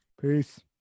Peace